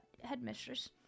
headmistress